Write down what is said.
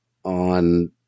On